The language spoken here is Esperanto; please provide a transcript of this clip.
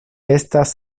estas